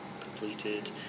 completed